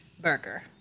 burger